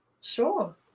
sure